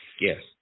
yes